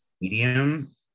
medium